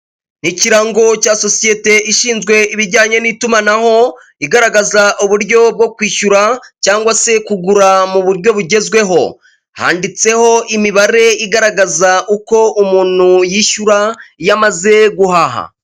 Ikirango cya sosiyete ishinzwe ibijyanye n'itumanaho igaragaza uburyo bwo kwishyura cyangwa se kugura mu buryo bugezweho, handitseho imibare igaragaza uko umuntu yishyura iyo amaze guhaha.